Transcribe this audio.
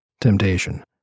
Temptation